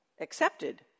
accepted